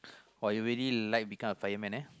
!woah! you really like become a fireman lah